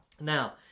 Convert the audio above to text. Now